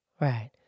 Right